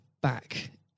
back